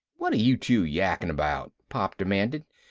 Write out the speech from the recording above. what are you two yakking about? pop demanded.